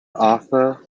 arthur